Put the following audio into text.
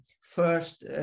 first